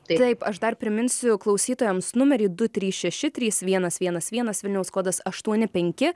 taip aš dar priminsiu klausytojams numerį du trys šeši trys vienas vienas vienas vilniaus kodas aštuoni penki